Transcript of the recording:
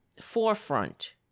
forefront